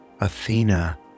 Athena